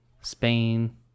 Spain